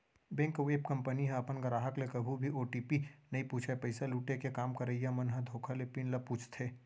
bank अउ app company ह अपन गराहक ले कभू भी ओ.टी.पी नइ पूछय, पइसा लुटे के काम करइया मन ह धोखा ले पिन ल पूछथे